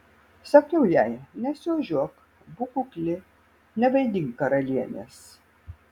sakiau jai nesiožiuok būk kukli nevaidink karalienės